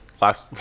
last